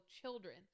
children